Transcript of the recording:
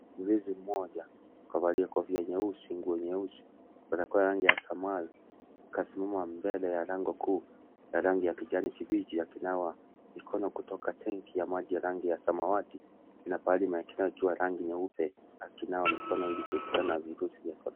Mlinzi mmoja kavalia kofia nyeusi, nguo nyeusi, barakoa ya rangi ya samawi, kasimama mbele ya lango kuu ya rangi ya kijani kibichi akinawa mikono kutoka tanki ya rangi ya samawati na pahali pengine pakiwa rangi nyeupe akinawa mikono ilikuepukana na virusi vya korona.